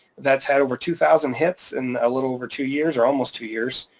that's had over two thousand hits in a little over two years or almost two years,